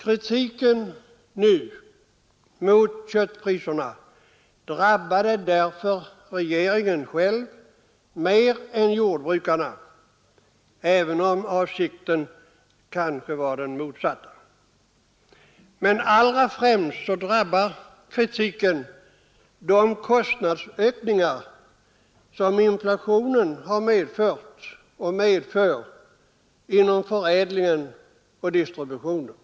Kritiken nu mot köttpriserna drabbade därför regeringen själv mer än jordbrukarna, även om avsikten kanske var den motsatta. Men allra främst drabbar kritiken de kostnadsökningar som inflationen har medfört och medför inom förädlingen och distributionen.